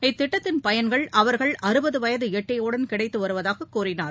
இத்திட்டத்தின் பயன்கள் அவர்கள் அறுபதுவயதுளட்டியவுடன் கிடைத்துவருவதாககூறினார்